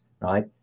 right